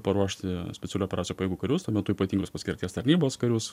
paruošti specialių operacijų pajėgų karius tuo metu ypatingos paskirties tarnybos karius